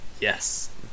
yes